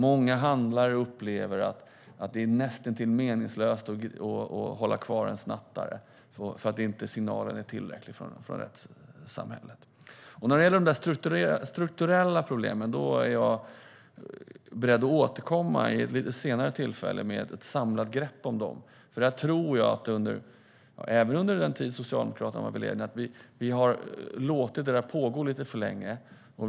Många handlare upplever att det är näst intill meningslöst att hålla kvar en snattare eftersom signalen från rättssamhället inte är tillräcklig. När det gäller de strukturella problemen är jag beredd att återkomma vid ett senare tillfälle med ett samlat grepp. Jag tror att vi har låtit detta pågå lite för länge, även under den tid Socialdemokraterna varit i ledning.